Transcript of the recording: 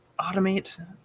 automate